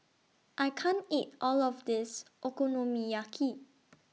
I can't eat All of This Okonomiyaki